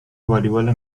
والیبال